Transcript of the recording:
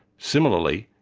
similarly,